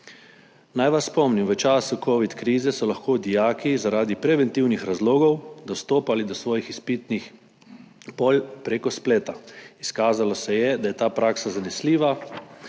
Naj vas spomnim. V času covid krize so lahko dijaki zaradi preventivnih razlogov dostopali do svojih izpitnih pol prek spleta. Izkazalo se je, da je ta praksa zanesljiva